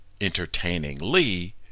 entertainingly